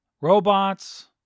robots